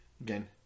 again